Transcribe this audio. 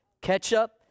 ketchup